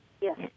Yes